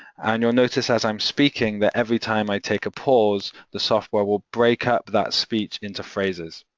and you'll notice as i'm speaking that every time i take a pause, the software will break up that speech into phrases